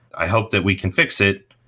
i hope that we can fix it.